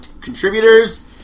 contributors